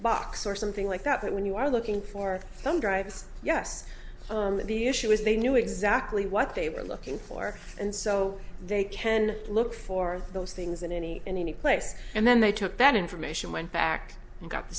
box or something like that but when you are looking for them drives yes the issue is they knew exactly what they were looking for and so they can look for those things in any any place and then they took that information went back and got the